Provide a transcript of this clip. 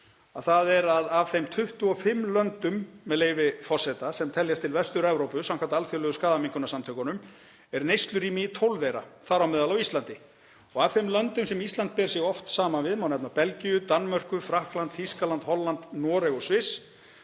þ.e. að af þeim 25 löndum sem teljast til Vestur-Evrópu samkvæmt Alþjóðlegu skaðaminnkunarsamtökunum eru neyslurými í 12 þeirra, þar á meðal á Íslandi. Af þeim löndum sem Ísland ber sig oft saman við má nefna Belgíu, Danmörku, Frakkland, Þýskaland, Holland, Noreg og Sviss,